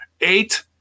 eight